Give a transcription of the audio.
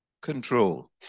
control